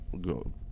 go